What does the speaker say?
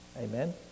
amen